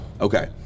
Okay